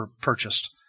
purchased